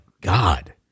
God